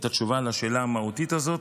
את התשובה על השאלה המהותית הזו,